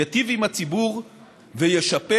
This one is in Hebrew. ייטיב עם הציבור וישפר